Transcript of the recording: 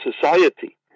society